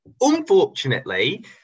unfortunately